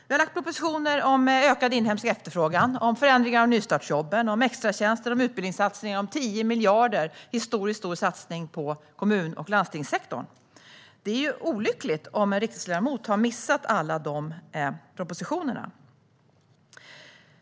Vi har lagt fram propositioner om ökad inhemsk efterfrågan, förändringar av nystartsjobben, extratjänster och utbildningssatsningar om 10 miljarder. Det är en historiskt stor satsning på kommun och landstingssektorn. Det är olyckligt om en riksdagsledamot har missat alla de propositionerna.